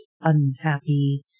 unhappy